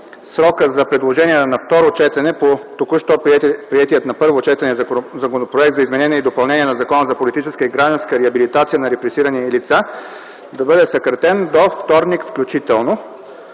срокът за предложения на второ четене по току-що приетия на първо четене Законопроект за изменение и допълнение на Закона за политическа и гражданска реабилитация на репресирани лица да бъде съкратен до вторник включително,